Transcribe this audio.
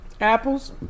apples